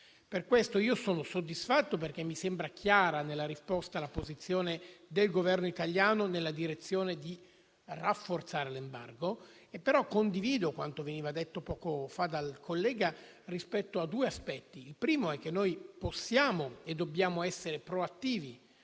Per questo sono soddisfatto, perché mi sembra chiara nella risposta la posizione del Governo italiano, che va nella direzione di rafforzare l'embargo, ma condivido quanto detto poco fa dal senatore Malan rispetto a due aspetti. Il primo è che possiamo e dobbiamo essere proattivi